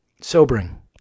sobering